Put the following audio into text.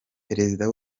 perezida